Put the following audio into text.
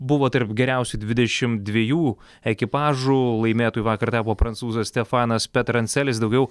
buvo tarp geriausių dvidešim dviejų ekipažų laimėtoju vakar tapo prancūzas stefanas peterancelis daugiau